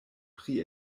pri